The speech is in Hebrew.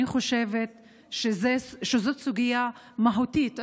אני חושבת שזאת סוגיה מהותית,